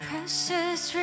Precious